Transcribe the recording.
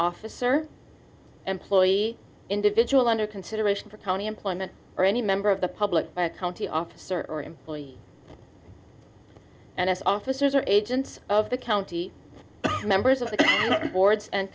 officer employee individual under consideration for county employment or any member of the public by a county officer or employee and as officers or agents of the county are members of the boards and